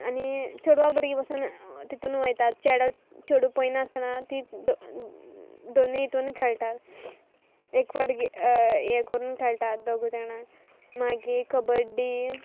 आनी चेडवां भुरगीं बसून तितून वयतात चेडो चेडूं पयनासतना तीं दोनी हितून खेळटात एक फाट हें करून खेळटात दोगूय जाणा मागीर कबड्डी